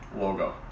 logo